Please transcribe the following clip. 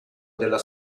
della